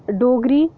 Dogri